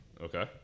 Okay